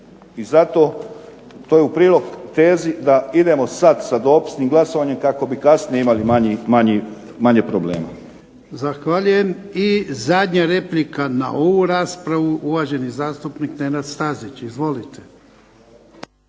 I zato to je u prilog tezi da idemo sada sa dopisnim glasovanjem kako bi kasnije imali manje problema. **Jarnjak, Ivan (HDZ)** Zahvaljujem. I zadnja replika na ovu raspravu uvaženi gospodin Nenad Stazić. Izvolite.